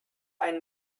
einen